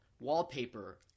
wallpaper